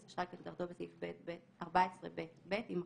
אשראי כהגדרתו בסעיף 14ב(ב)" יימחקו,